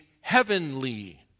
heavenly